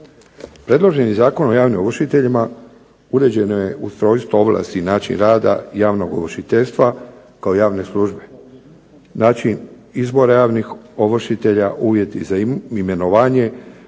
Predloženi Zakon o javnim ovršiteljima uređeno je ustrojstvo ovlasti i način rada javnog ovršiteljstva kao javne služe. Znači izbore javnih ovršitelja, uvjeti za imenovanje,